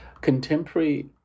Contemporary